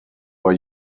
war